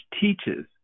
teaches